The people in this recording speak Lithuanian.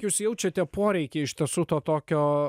jūs jaučiate poreikį iš tiesų to tokio